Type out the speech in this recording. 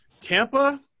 Tampa